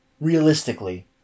realistically